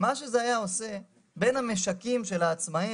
מה שזה היה עושה בין המשקים של העצמאיים